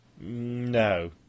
No